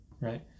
right